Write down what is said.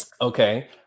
Okay